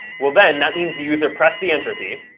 well then that means the user pressed the enter key,